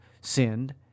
sinned